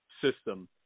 system